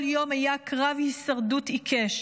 כל יום היה קרב הישרדות עיקש,